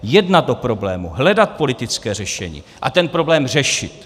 Jednat o problému, hledat politické řešení a ten problém řešit.